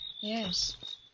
Yes